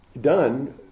done